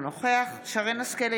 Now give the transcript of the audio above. אינו נוכח שרן מרים השכל,